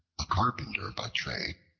a carpenter by trade,